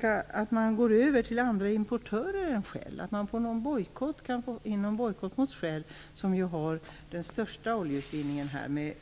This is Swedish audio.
Kommer regeringen att förorda andra importörer än Shell? Man kan kanske få igenom en bojkott av Shell, som ju har den största oljeutvinningen i detta område, med